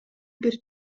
бир